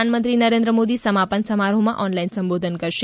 પ્રધાનમંત્રી નરેન્દ્ર મોદી સમાપન સમારોહમાં ઓનલાઈન સંબોધન કરશે